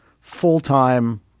full-time